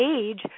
age